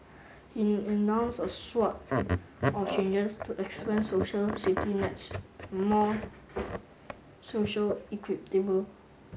he announced a swathe of changes to expand social safety nets and more social equitable